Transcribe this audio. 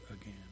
again